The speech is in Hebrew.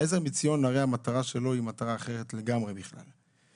המטרה של עזר מציון היא הרי מטרה אחרת לגמרי בכלל.